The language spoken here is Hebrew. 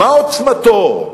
מה עוצמתו?